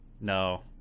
No